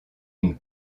une